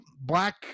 black